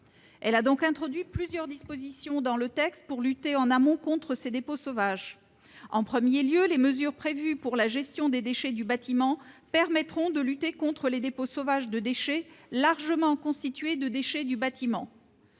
Elle a donc introduit plusieurs dispositions visant à lutter en amont contre ces dépôts sauvages. En premier lieu, les mesures prévues pour la gestion des déchets du bâtiment permettront de lutter contre les dépôts sauvages de déchets, largement constituées de déchets issus